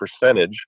percentage